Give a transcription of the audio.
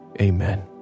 amen